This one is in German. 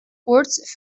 kurz